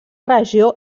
regió